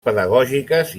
pedagògiques